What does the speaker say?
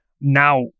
Now